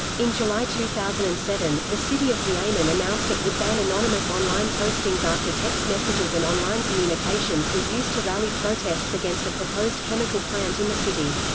in july two thousand and seven, the city of xiamen announced it would ban anonymous online postings after text messages and online communications were used to rally protests against a proposed chemical plant in the city.